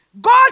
God